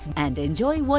and and your